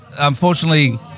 Unfortunately